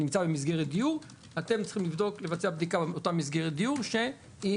נמצא במסגרת דיור אתם צריכים לבצע בדיקה באותה מסגרת דיור שהיא